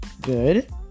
good